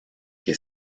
que